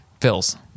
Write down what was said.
Phil's